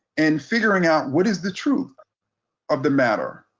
and figuring out what is the truth of the matter